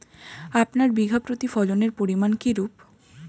আপনার বিঘা প্রতি ফলনের পরিমান কীরূপ?